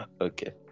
Okay